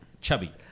chubby